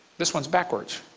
this one is backwards.